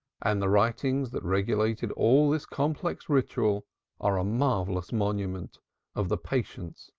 and the writings that regulated all this complex ritual are a marvellous monument of the patience,